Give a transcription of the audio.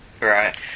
Right